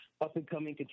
up-and-coming